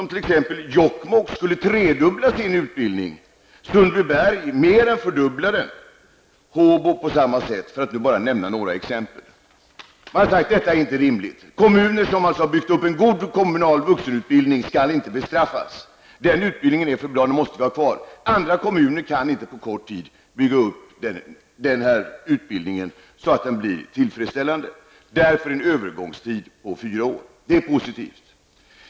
I t.ex. Jokkmokk skulle den tredubblas, i Sundbyberg mer än fördubblas och i Håbo på samma sätt, för att nu nämna några exempel. Det är som sagt inte rimligt. Kommuner som alltså har byggt upp en god kommunal vuxenutbildning skall inte bestraffas. Utbildningen måste finnas kvar. Andra kommuner kan inte på kort tid bygga upp en sådan utbildning att den blir tillfredsställande. Det föreslås en övergångstid på fyra år, och det är positivt.